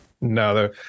No